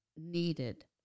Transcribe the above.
Needed